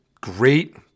great